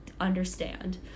understand